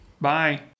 Bye